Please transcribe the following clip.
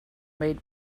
mailed